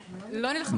לא נלחמות?